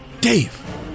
Dave